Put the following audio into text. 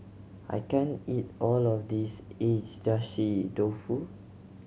I can't eat all of this Agedashi Dofu